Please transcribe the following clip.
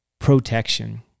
protection